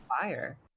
fire